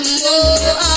more